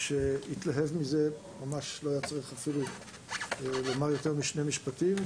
שהתלהב מזה ולא היה צורך לומר יותר משני משפטים.